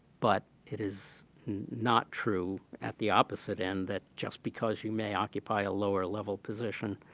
but it is not true at the opposite end that just because you may occupy a lower level position